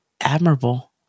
admirable